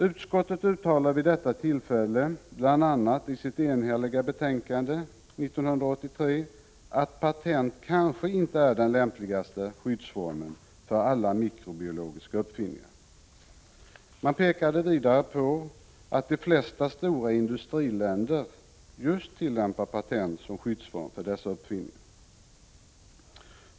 Utskottet uttalade vid detta tillfälle i sitt enhälliga betänkande 1983 bl.a. att patent kanske inte är den lämpligaste skyddsformen för alla mikrobiologiska uppfinningar. Man pekade vidare på att de flesta stora industriländer just tillämpar patent som skyddsform för dessa uppfinningar.